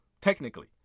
technically